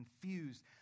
confused